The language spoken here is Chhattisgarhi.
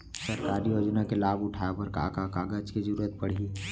सरकारी योजना के लाभ उठाए बर का का कागज के जरूरत परही